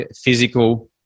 physical